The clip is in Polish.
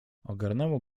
ogarnęło